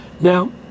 Now